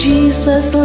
Jesus